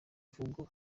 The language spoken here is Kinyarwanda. mvugo